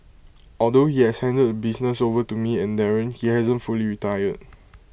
although he has handed the business over to me and Darren he hasn't fully retired